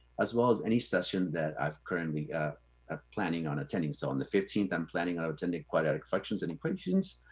as well as any session that i'm currently ah planning on attending. so on the fifteenth, i'm planning on attending quadratic functions and equations.